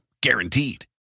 Guaranteed